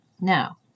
Now